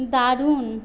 দারুণ